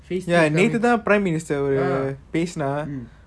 ya